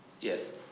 yes